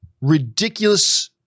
ridiculous